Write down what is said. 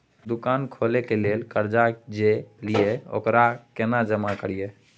दुकान खोले के लेल कर्जा जे ललिए ओकरा केना जमा करिए?